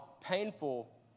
painful